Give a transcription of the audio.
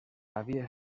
havia